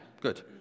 Good